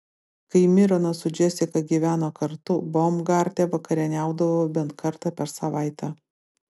kai mironas su džesika gyveno kartu baumgarte vakarieniaudavo bent kartą per savaitę